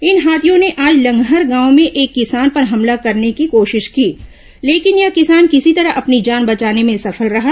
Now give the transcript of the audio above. इन हाथियों ने आज लंगहर गांव में एक किसान पर हमला करने की कोशिश की लेकिन यह किसान किसी तरह अपनी जान बचाने में सफल रहा